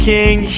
King